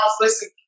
listen